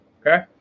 okay